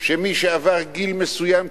שמי שעבר גיל מסוים,